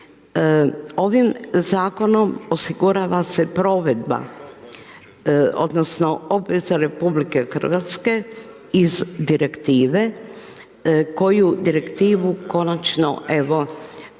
Ovim zakonom osigurava se provedba odnosno obveza RH iz direktive koju direktivu konačno evo,